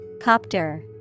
copter